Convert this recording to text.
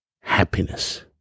happiness